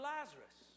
Lazarus